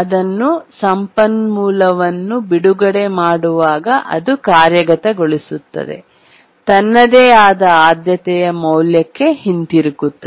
ಅದನ್ನು ಸಂಪನ್ಮೂಲವನ್ನು ಬಿಡುಗಡೆ ಮಾಡುವಾಗ ಅದು ಕಾರ್ಯಗತಗೊಳಿಸುತ್ತದೆ ತನ್ನದೇ ಆದ ಆದ್ಯತೆಯ ಮೌಲ್ಯಕ್ಕೆ ಹಿಂತಿರುಗುತ್ತದೆ